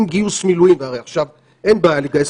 עם גיוס מילואים הרי עכשיו אין בעיה לגייס